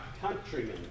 countrymen